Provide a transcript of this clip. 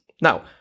Now